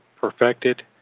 perfected